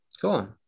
Cool